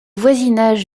voisinage